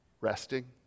resting